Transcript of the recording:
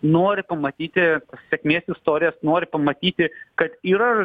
nori pamatyti sėkmės istorijas nori pamatyti kad yra